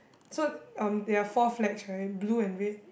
so um there are four flags right blue and red